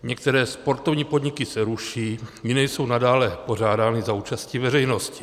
Některé sportovní podniky se ruší, jiné jsou nadále pořádány za účasti veřejnosti.